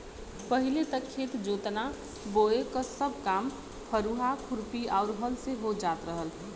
पहिले त खेत जोतना बोये क सब काम फरुहा, खुरपी आउर हल से हो जात रहल